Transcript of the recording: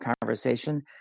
conversation